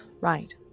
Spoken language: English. Right